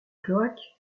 cloaque